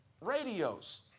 radios